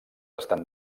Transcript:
estan